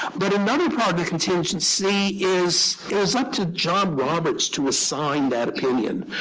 but another part of the contingency is it was up to john roberts to assign that opinion.